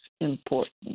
important